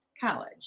college